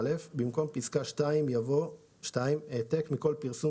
במקום פסקה (2) יבוא: "(2) העתק מכל פרסום